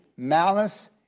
Malice